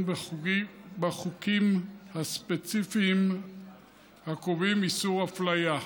בחוקים הספציפיים הקובעים איסור אפליה,